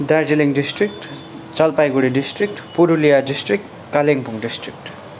Darjeeling district Jalpaiguri district Purulia district Kalimpong district